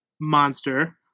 monster